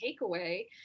takeaway